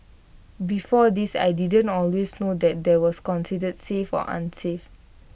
before this I didn't always know what was considered safe or unsafe